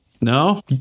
no